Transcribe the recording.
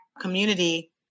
community